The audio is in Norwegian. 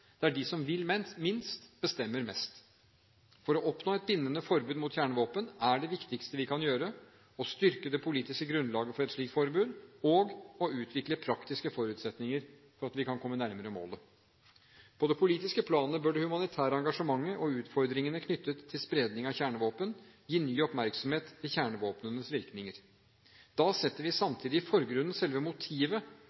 der de som vil minst, bestemmer mest. For å oppnå et bindende forbud mot kjernevåpen er det viktigste vi kan gjøre, å styrke det politiske grunnlaget for et slikt forbud og å utvikle praktiske forutsetninger for at vi kan komme nærmere målet. På det politiske planet bør det humanitære engasjementet og utfordringene knyttet til spredning av kjernevåpen gi ny oppmerksomhet til kjernevåpnenes virkninger. Da setter vi